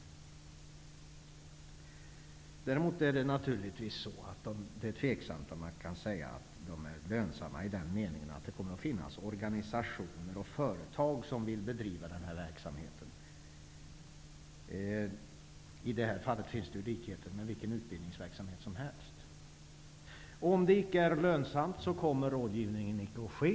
Däremot är det naturligtvis tveksamt om man kan säga att de är lönsamma i den meningen att det kommer att finnas organisationer och företag som vill bedriva den här verksamheten. I det fallet finns det ju likheter med vilken utbildningsverksamhet som helst. Om det icke är lönsamt, kommer rådgivningen icke att ske.